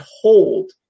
hold